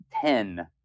ten